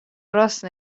راس